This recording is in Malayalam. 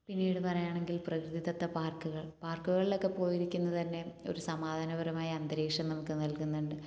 പിന്നീട് പറയുകയാണെങ്കിൽ പ്രകൃതിദത്ത പാർക്കുകൾ പാർക്കുകളിലൊക്കെ പോയിരിക്കുന്നത് തന്നെ ഒരു സമാധാനപരമായ അന്തരീക്ഷം നമുക്ക് നൽകുന്നുണ്ട്